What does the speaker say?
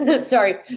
sorry